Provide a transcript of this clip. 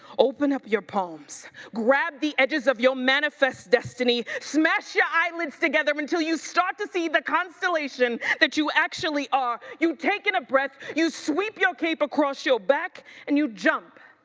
open up your palms, grab the edges of your manifest destiny, smash your yeah eyelids together until you start to see that constellation that you actually are. you've taken a breath, you sweep your cape across your back and you jump,